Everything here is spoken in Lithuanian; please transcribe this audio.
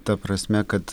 ta prasme kad